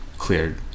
cleared